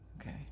Okay